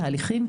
תהליכים,